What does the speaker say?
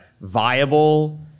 viable